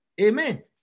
Amen